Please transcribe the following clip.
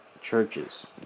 churches